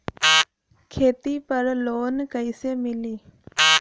खेती पर लोन कईसे मिली?